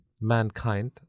mankind